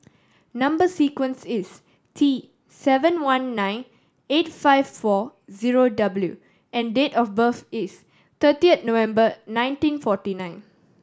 number sequence is T seven one nine eight five four zero W and date of birth is thirty November nineteen forty nine